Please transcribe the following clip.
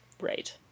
right